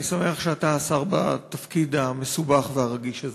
אני שמח שאתה השר בתפקיד המסובך והרגיש הזה.